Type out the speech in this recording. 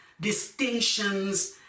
distinctions